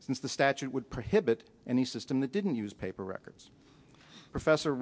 since the statute would prohibit any system that didn't use paper records professor